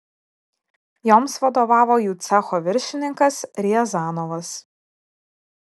joms vadovavo jų cecho viršininkas riazanovas